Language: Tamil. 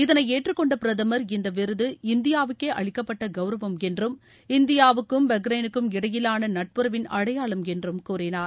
இதனை ஏற்றுக்கொண்ட பிரதமர் இந்த விருது இந்தியாவுக்கே அளிக்கப்பட்ட கவுரவம் என்றும் இந்தியாவுக்கும் பஹ்ரைனுக்கும் இடையிலான நட்புறவின் அடையாளம் என்றும் கூறினார்